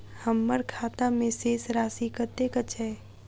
हम्मर खाता मे शेष राशि कतेक छैय?